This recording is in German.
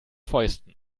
fäusten